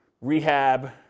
rehab